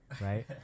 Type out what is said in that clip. right